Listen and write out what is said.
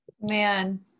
man